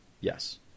Yes